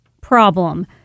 problem